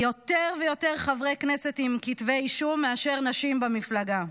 יש יותר חברי הכנסת עם כתבי אישום מאשר נשים במפלגה.